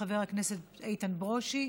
חבר הכנסת איתן ברושי.